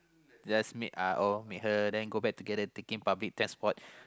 just meet uh meet her then go back together taking public transport